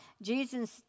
Jesus